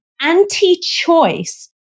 anti-choice